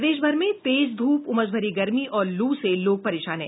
प्रदेशभर में तेज धूप उमसभरी गर्मी और लू से लोग परेशान हैं